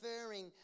referring